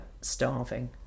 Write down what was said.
starving